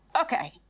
Okay